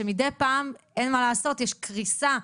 שמדי פעם אין מה לעשות יש קריסה.